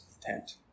tent